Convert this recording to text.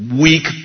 weak